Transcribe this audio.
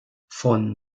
von